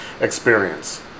experience